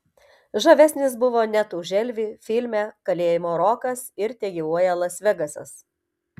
žavesnis buvo net už elvį filme kalėjimo rokas ir tegyvuoja las vegasas